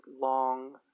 long